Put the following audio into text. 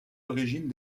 origines